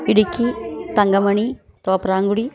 Idukki Thankamani Thopramkudy